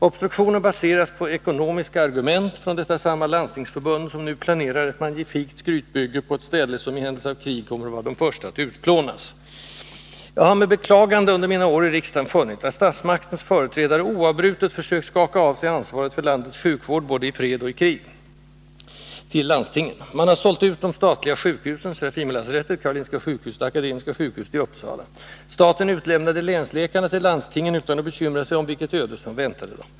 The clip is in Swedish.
Obstruktionen baseras på ekonomiska argument från detta samma landstingförbund, som nu planerar ett magnifikt skrytbygge på ett ställe, som i händelse av krig kommer att vara bland de första att utplånas. Jag har med beklagande under mina år i riksdagen funnit att statsmaktens företrädare oavbrutet försökt att skaka av sig ansvaret för landets sjukvård, både i fred och i krig, till landstingen. Man har sålt ut de statliga sjukhusen Serafimerlasarettet, Karolinska sjukhuset och Akademiska sjukhuset i Uppsala. Staten utlämnade länsläkarna till landstingen utan att bekymra sig om vilket öde som väntade dem.